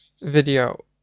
video